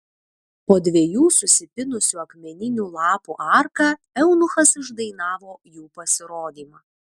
po dviejų susipynusių akmeninių lapų arka eunuchas išdainavo jų pasirodymą